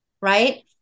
Right